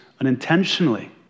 unintentionally